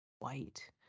White